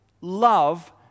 love